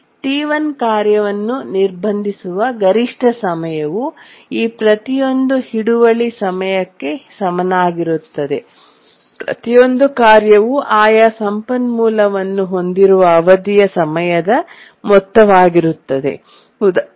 T1 ಕಾರ್ಯವನ್ನು ನಿರ್ಬಂಧಿಸುವ ಗರಿಷ್ಠ ಸಮಯವು ಈ ಪ್ರತಿಯೊಂದು ಹಿಡುವಳಿ ಸಮಯಕ್ಕೆ ಸಮನಾಗಿರುತ್ತದೆ ಪ್ರತಿಯೊಂದು ಕಾರ್ಯವು ಆಯಾ ಸಂಪನ್ಮೂಲವನ್ನು ಹೊಂದಿರುವ ಅವಧಿಯ ಸಮಯದ ಮೊತ್ತವಾಗಿರುತ್ತದೆ